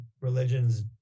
religions